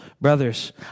Brothers